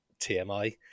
TMI